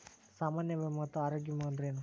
ಸಾಮಾನ್ಯ ವಿಮಾ ಮತ್ತ ಆರೋಗ್ಯ ವಿಮಾ ಅಂದ್ರೇನು?